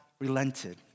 relented